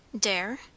dare